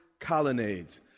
colonnades